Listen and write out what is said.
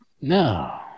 No